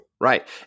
Right